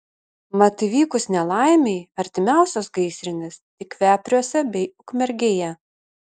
mat įvykus nelaimei artimiausios gaisrinės tik vepriuose bei ukmergėje